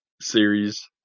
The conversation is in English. series